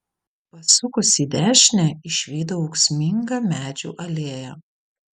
pasukus į dešinę išvydau ūksmingą medžių alėją